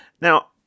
Now